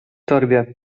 torbie